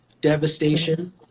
devastation